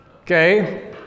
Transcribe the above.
okay